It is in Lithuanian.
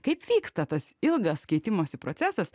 kaip vyksta tas ilgas keitimosi procesas